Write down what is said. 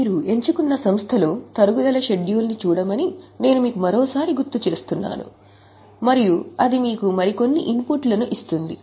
మీరు ఎంచుకున్న సంస్థలో తరుగుదల షెడ్యూల్ను చూడమని నేను మీకు మరోసారి గుర్తు చేస్తున్నాను మరియు అది మీకు మరికొన్ని ఇన్పుట్లను ఇస్తుంది